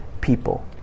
people